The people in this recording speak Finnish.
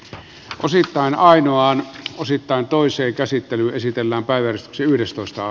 se on osittain ainoaan osittain toisen käsittely esitellään päiväys yhdestoista